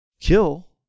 kill